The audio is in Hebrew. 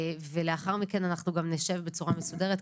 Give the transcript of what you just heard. לאחר מכן אנחנו גם נשב בצורה מסודרת,